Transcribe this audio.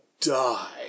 die